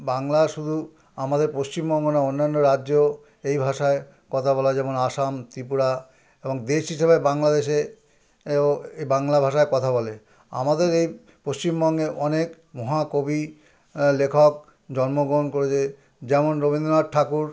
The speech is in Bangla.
বাংলা শুধু আমাদের পশ্চিমবঙ্গ না অন্যান্য রাজ্য এই ভাষায় কথা বলে যেমন আসাম ত্রিপুরা এবং দেশ হিসেবে বাংলাদেশে বাংলা ভাষায় কথা বলে আমাদের এই পশ্চিমবঙ্গে অনেক মহাকবি লেখক জন্মগ্রহণ করেছে যেমন রবীন্দ্রনাথ ঠাকুর